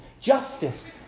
Justice